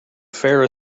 fair